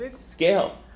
Scale